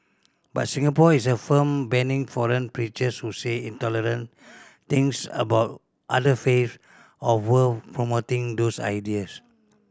but Singapore is a firm banning foreign preachers who say intolerant things about other faiths or worse promoting those ideas